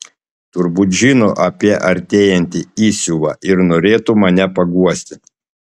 turbūt žino apie artėjantį įsiuvą ir norėtų mane paguosti